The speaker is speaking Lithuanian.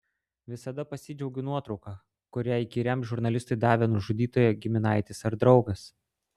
visada pasidžiaugiu nuotrauka kurią įkyriam žurnalistui davė nužudytojo giminaitis ar draugas